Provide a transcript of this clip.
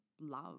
love